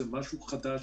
זה משהו חדש,